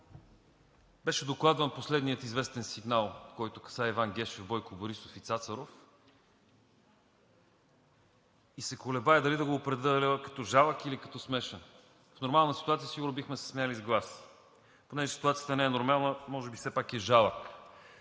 беше докладван последният известен сигнал, който касае Иван Гешев, Бойко Борисов и Цацаров, и се колебая дали да го определя като жалък, или като смешен. В нормална ситуация сигурно бихме се смели с глас. Но понеже ситуацията не е нормална, може би все пак е жалък.